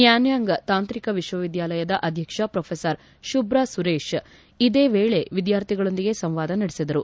ನ್ಲಾನ್ಲಾಂಗ್ ತಾಂತ್ರಿಕ ವಿಶ್ವವಿದ್ಲಾಲಯದ ಅಧ್ಯಕ್ಷ ಪ್ರೊಫೆಸರ್ ಶುಬ್ರ ಸುರೇಶ್ ಇದೇ ವೇಳೆ ವಿದ್ಲಾರ್ಥಿಗಳೊಂದಿಗೆ ಸಂವಾದ ನಡೆಸಿದರು